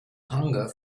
hunger